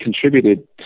contributed